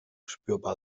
spürbar